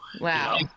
Wow